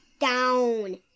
Down